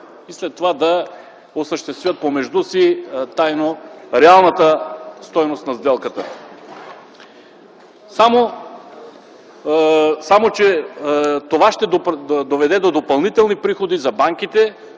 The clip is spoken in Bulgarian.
и след това да осъществят помежду си тайно реалната стойност на сделката. Това ще доведе до допълнителни приходи за банките,